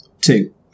Two